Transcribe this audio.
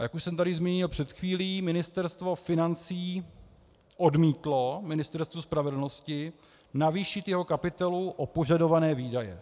Jak už jsem tady zmínil před chvílí, Ministerstvo financí odmítlo Ministerstvu spravedlnosti zvýšit jeho kapitolu o požadované výdaje.